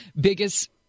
biggest